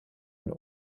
eine